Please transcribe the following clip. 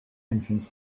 entrance